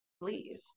leave